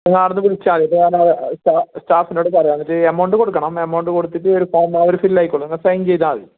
നിങ്ങൾ അവിടുന്ന് വിളിച്ചാൽ മതി അപ്പോൾ ഞാൻ സ്റ്റ സ്റ്റാഫിനോട് പറയാം എന്നിട്ട് എമൗണ്ട് കൊടുക്കണം എമൗണ്ട് കൊടുത്തിട്ട് ഒരു ഫോം അവർ ഫിൽ ആക്കിക്കോളും നിങ്ങൾ സൈൻ ചെയ്താൽ മതി